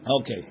Okay